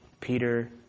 Peter